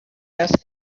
asked